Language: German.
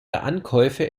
ankäufe